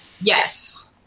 Yes